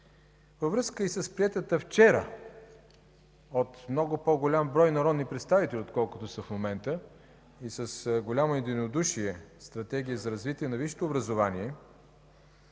Във връзка и с приетата вчера от много по-голям брой народни представители, отколкото са в момента, и с голямо единодушие Стратегия за развитие на висшето образование,